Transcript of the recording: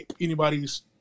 anybody's